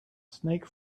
snake